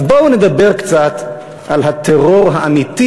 אז בואו נדבר קצת על הטרור האמיתי,